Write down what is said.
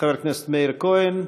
חבר הכנסת מאיר כהן,